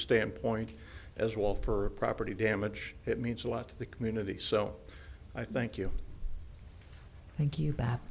standpoint as well for property damage it means a lot to the community so i thank you thank you